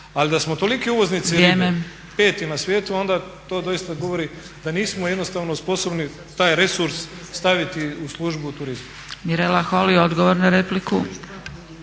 Ali da smo toliki uvoznici ribe, peti na svijetu, onda to doista govori da nismo jednostavno sposobni taj resurs staviti u službu turizma. **Zgrebec, Dragica (SDP)** Mirela